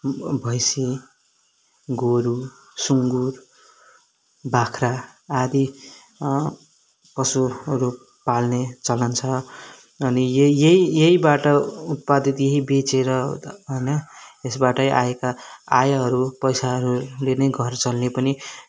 भ भैँसी गोरु सुँगुर बाख्रा आदि पशुहरू पाल्ने चलन छ अनि यही यहीबाट उत्पादित यही बेचेर होइन यसबाट आएका आयहरू पैसाहरूले नै घर चल्ने पनि